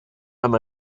amb